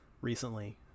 recently